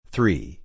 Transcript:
Three